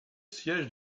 siège